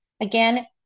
Again